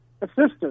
assistance